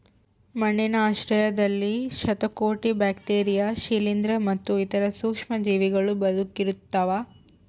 ಮಣ್ಣಿನ ಆಶ್ರಯದಲ್ಲಿ ಶತಕೋಟಿ ಬ್ಯಾಕ್ಟೀರಿಯಾ ಶಿಲೀಂಧ್ರ ಮತ್ತು ಇತರ ಸೂಕ್ಷ್ಮಜೀವಿಗಳೂ ಬದುಕಿರ್ತವ